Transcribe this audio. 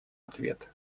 ответ